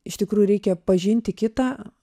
iš tikrųjų reikia pažinti kitą